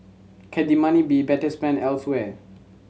can the money be better spent elsewhere